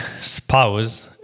spouse